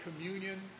communion